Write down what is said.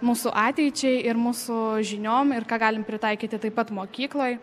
mūsų ateičiai ir mūsų žiniom ir ką galim pritaikyti taip pat mokykloj